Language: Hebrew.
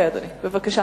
בבקשה.